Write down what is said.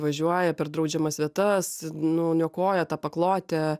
važiuoja per draudžiamas vietas nuniokoja tą paklotę